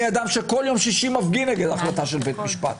אני אדם שכל יום שישי מפגין נגד החלטה של בית המשפט,